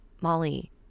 Molly